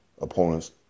opponents